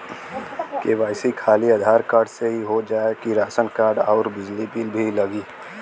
KYC खाली Aadhaar card से हो जाए कि राशन कार्ड अउर बिजली बिल भी लगी?